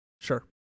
Sure